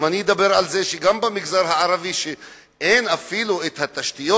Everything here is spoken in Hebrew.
אם אני אדבר על זה שגם במגזר הערבי אין אפילו תשתיות